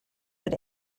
but